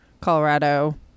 colorado